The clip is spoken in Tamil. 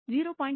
5 மற்றும் 0